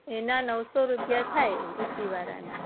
હા તો એના નવસો રૂપિયા થાય એસી વાળાના